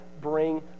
bring